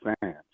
fans